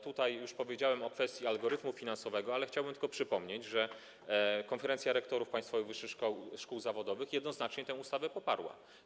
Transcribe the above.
Tutaj już powiedziałem o kwestii algorytmu finansowego, ale chciałbym tylko przypomnieć, że Konferencja Rektorów Państwowych Wyższych Szkół Zawodowych jednoznacznie tę ustawę poparła.